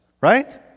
Right